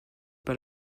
pas